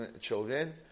children